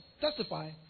testify